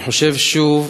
אני חושב, שוב,